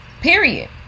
Period